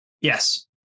Yes